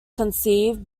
conceived